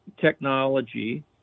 technology